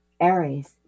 Aries